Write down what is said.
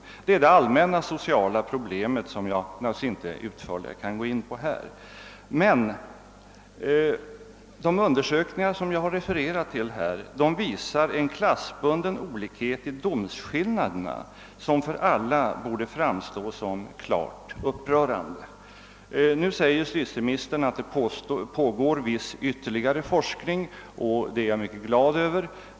Detta är ett allmänt socialt problem som jag inte utförligare kan gå in på här. De undersökningar jag har refererat till visar emellertid en klassbunden olikhet i domsskillnaderna, som för alla borde framstå som klart upprörande. Justitieministern säger att viss ytterligare forskning pågår, och det är jag mycket glad över.